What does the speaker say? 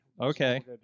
Okay